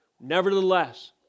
Nevertheless